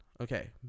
okay